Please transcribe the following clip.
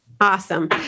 Awesome